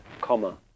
comma